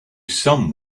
some